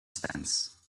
stance